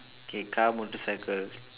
K car motorcycle